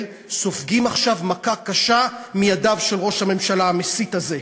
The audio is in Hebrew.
סופגים עכשיו מכה קשה מידיו של ראש הממשלה המסית הזה.